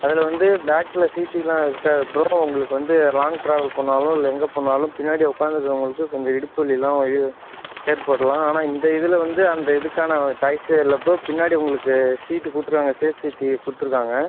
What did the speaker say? அதில் வந்து பேக்கில் சீட்லெலாம் இருக்காது ப்ரோ உங்களுக்கு வந்து லாங்க் ட்ராவல் போனாலும் இல்லை எங்கே போனாலும் பின்னாடி உட்காந்துருக்கவுங்களுக்கு கொஞ்சம் இடுப்பு வலியெலாம் ஓ ஏ ஏற்படலாம் ஆனால் இந்த இதில் வந்து அந்த இதுக்கான சாய்ஸே இல்லை ப்ரோ பின்னாடி உங்களுக்கு சீட்டு கொடுத்துருக்காங்க சேஃப்டிக்கு கொடுத்துருக்காங்க